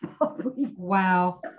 Wow